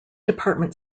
department